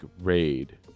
raid